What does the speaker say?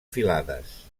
filades